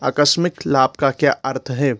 आकस्मिक लाभ का क्या अर्थ है